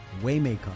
Waymaker